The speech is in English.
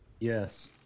Yes